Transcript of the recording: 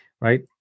right